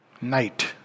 Night